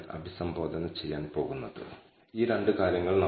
അതിനാൽ σ2 ഡാറ്റയിൽ നിന്ന് എങ്ങനെയെങ്കിലും കണക്കാക്കേണ്ടതുണ്ട്